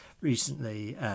recently